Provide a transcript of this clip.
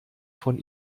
von